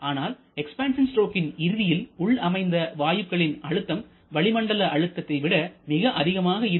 ஆனால் எக்ஸ்பான்சன் ஸ்ட்ரோக்கின் இறுதியில் உள் அமைந்துள்ள வாயுக்களின் அழுத்தம் வளிமண்டல அழுத்தத்தை விட மிக அதிகமாக இருக்கும்